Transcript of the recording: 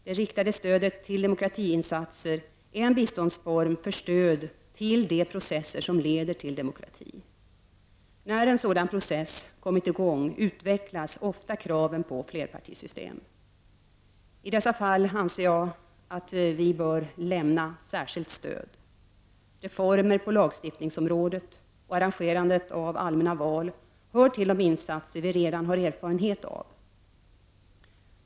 Det riktade stödet till demokratiinsatser är en biståndsform för stöd till de processer som leder till demokrati. När en sådan process kommit i gång utvecklas ofta kraven på flerpartisystem. I dessa fall anser jag att vi bör lämna särskilt stöd. Reformer på lagstiftningsområdet och arrangerandet av allmänna val hör till de insatser vi redan har erfarenhet av.